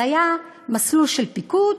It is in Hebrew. זה היה מסלול של פיקוד,